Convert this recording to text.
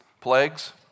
plagues